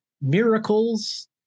miracles